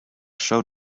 show